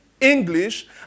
English